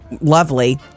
lovely